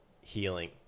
healing